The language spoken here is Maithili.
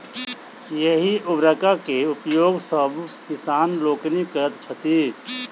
एहि उर्वरक के उपयोग सभ किसान लोकनि करैत छथि